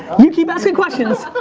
you keep asking questions.